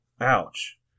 Ouch